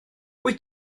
wyt